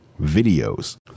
videos